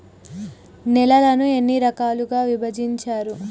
నేలలను ఎన్ని రకాలుగా విభజించారు?